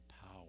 power